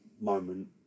moment